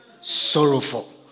sorrowful